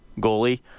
goalie